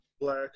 black